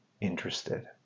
interested